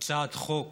הצעת חוק